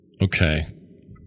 Okay